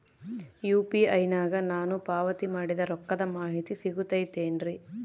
UPI ನಾಗ ನಾನು ಪಾವತಿ ಮಾಡಿದ ರೊಕ್ಕದ ಮಾಹಿತಿ ಸಿಗುತೈತೇನ್ರಿ?